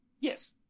Yes